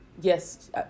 yes